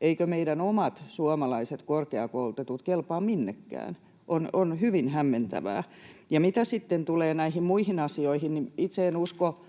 Eivätkö meidän omat suomalaiset korkeakoulutetut kelpaa minnekään? On hyvin hämmentävää. Ja mitä sitten tulee näihin muihin asioihin, niin itse en usko,